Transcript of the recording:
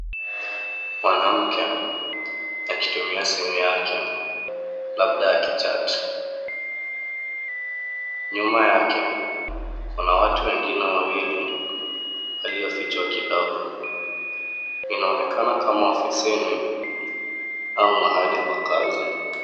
Mwanamke akitumia simu yake labda aki chat . Nyuma yake, kuna watu wengine wawili waliofichwa kidogo. Inaonekana kama ofisini au mahali pa kazi.